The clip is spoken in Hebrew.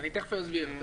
אסביר.